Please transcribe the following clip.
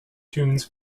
tunes